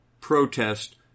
protest